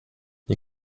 you